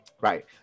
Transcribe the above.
Right